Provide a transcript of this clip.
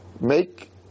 make